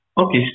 Okay